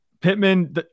Pittman